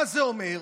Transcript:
מה זה אומר?